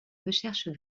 recherches